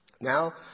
Now